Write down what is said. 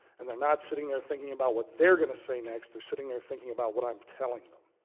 and they're not sitting there thinking about what they're going to say next, they're sitting there thinking about what i'm telling them.